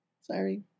Sorry